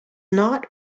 not